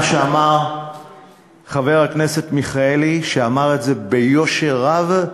שאמר חבר הכנסת מיכאלי שאמר את זה ביושר רב?